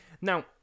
Now